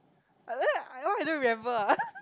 why I don't remember ah